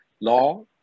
Law